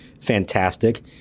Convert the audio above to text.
fantastic